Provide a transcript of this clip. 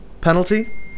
penalty